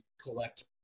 collect